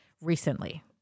recently